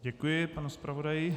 Děkuji panu zpravodaji.